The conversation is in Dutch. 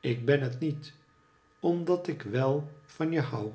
ik ben het niet omdat ik wel van je hou